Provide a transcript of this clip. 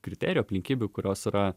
kriterijų aplinkybių kurios yra